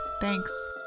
Thanks